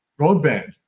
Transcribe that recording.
broadband